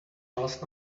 last